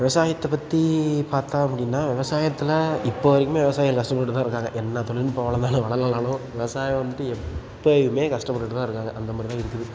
விவசாயத்த பற்றி பார்த்தோம் அப்படின்னா விவசாயத்துல இப்போது வரைக்குமே விவசாயிகள் கஷ்டப்பட்டுட்டு தான் இருக்காங்க என்ன தொழில்நுட்பம் வளர்ந்தாலும் வளரலனாலும் விவசாயம் வந்துவிட்டு எப்போயிமே கஷ்டப்பட்டுட்டு தான் இருக்காங்க அந்த மாதிரி தான் இருக்குது